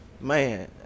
Man